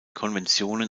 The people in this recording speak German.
konventionen